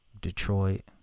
Detroit